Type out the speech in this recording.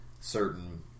certain